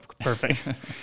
perfect